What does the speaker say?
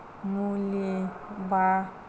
मुलि एबा